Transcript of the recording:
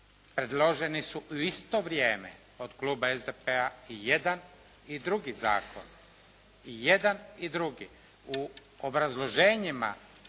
predloženi su u isto vrijeme od kluba SDP-a i jedan i drugi zakon, i jedan i drugi.